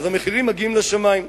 המחירים מגיעים לשמים,